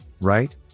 right